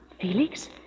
Felix